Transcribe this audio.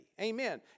Amen